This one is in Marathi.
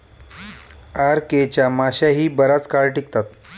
आर.के च्या माश्याही बराच काळ टिकतात